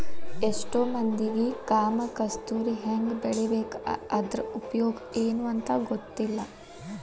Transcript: ಎಷ್ಟೋ ಮಂದಿಗೆ ಕಾಮ ಕಸ್ತೂರಿ ಹೆಂಗ ಬೆಳಿಬೇಕು ಅದ್ರ ಉಪಯೋಗ ಎನೂ ಅಂತಾ ಗೊತ್ತಿಲ್ಲ